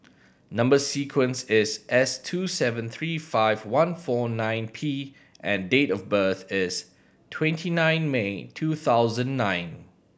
number sequence is S two seven three five one four nine P and date of birth is twenty nine May two thousand nine